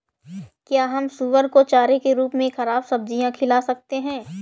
क्या हम सुअर को चारे के रूप में ख़राब सब्जियां खिला सकते हैं?